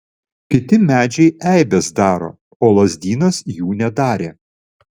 kiti medžiai eibes daro o lazdynas jų nedarė